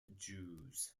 jews